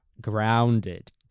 grounded